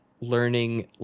learning